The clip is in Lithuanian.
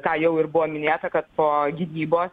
ką jau ir buvo minėta kad po gynybos